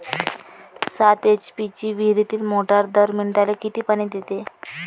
सात एच.पी ची विहिरीतली मोटार दर मिनटाले किती पानी देते?